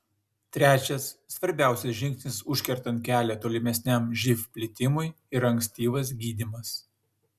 trečias svarbiausias žingsnis užkertant kelią tolimesniam živ plitimui yra ankstyvas gydymas